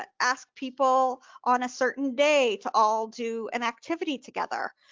ah ask people on a certain day to all do an activity together.